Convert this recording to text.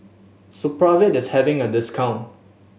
supravit is having a discount